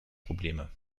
probleme